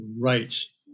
rights